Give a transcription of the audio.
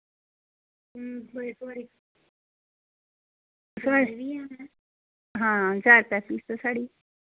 आं चार सौ फीस ऐ साढ़ी